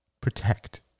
Protect